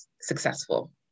successful